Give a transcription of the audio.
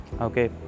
okay